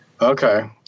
Okay